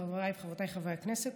חבריי וחברותיי חברי הכנסת,